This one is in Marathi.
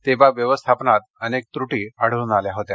तेव्हा व्यवस्थापनात अनेक त्रुटी आढळून आल्या होत्या